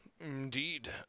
Indeed